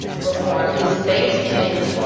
reform is based in